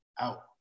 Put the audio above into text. out